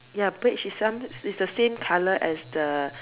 ya beige is some is the same colour as the